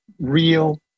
real